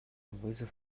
вызов